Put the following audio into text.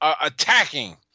attacking